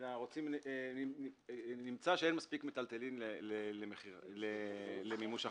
אלא נמצא שאין מספיק מיטלטלין למימוש החוב.